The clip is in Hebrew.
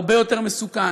הרבה יותר מסוכן.